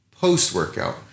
post-workout